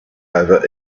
over